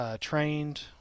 Trained